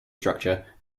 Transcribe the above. structure